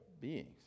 beings